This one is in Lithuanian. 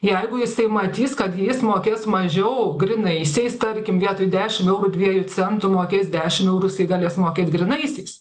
jeigu jisai matys kad jis mokės mažiau grynaisiais tarkim vietoj dešim eurų dviejų centų mokės dešim eurų jisais galės mokėt grynaisiais